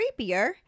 creepier